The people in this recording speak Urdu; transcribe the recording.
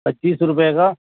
پچیس روپے غا